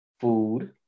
food